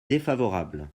défavorable